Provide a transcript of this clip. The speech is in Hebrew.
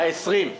הכנסת ה-20.